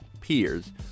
peers